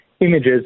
images